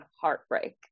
heartbreak